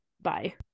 Bye